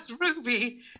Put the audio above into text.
Ruby